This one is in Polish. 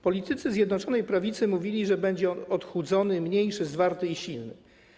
Politycy Zjednoczonej Prawicy mówili, że będzie on odchudzony, mniejszy, zwarty i silny.